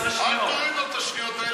תוסיף לו.